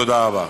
תודה רבה.